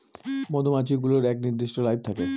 মধুমাছি গুলোর এক নির্দিষ্ট লাইফ থাকে